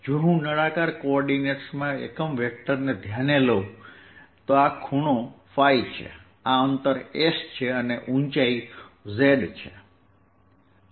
જો હું નળાકાર કોઓર્ડિનેટ્સમાં યુનિટ વેક્ટરને ધ્યાને લઉં તો આ ખૂણો છે આ અંતર S છે અને આ ઉંચાઇ z છે